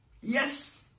Yes